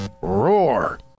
Roar